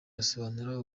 asobanura